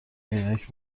عینک